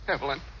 Evelyn